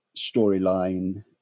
storyline